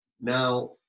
now